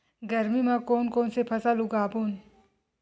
गरमी मा कोन कौन से फसल उगाबोन?